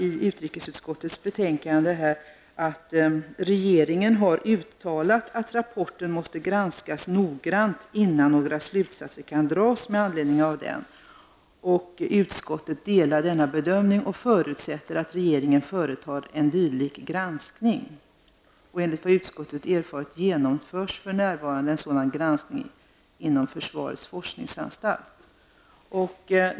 I ''Regeringen har uttalat att rapporten måste granskas noggrant innan några slutsatser kan dras med anledning av den. Utskottet delar denna bedömning och förutsätter att regeringen företar en dylik granskning. Enligt vad utskottet erfarit genomförs för närvarande en sådan granskning inom försvarets forskningsanstalt.''